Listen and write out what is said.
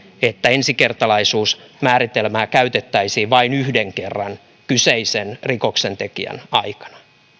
että ensikertalaisuusmääritelmää käytettäisiin vain yhden kerran kyseisen rikoksentekijän aikana